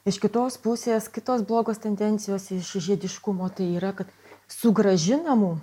iš kitos pusės kitos blogos tendencijos iš žiediškumo tai yra kad sugrąžinamų